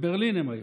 בברלין הם היו.